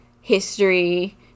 history